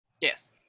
Yes